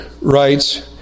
writes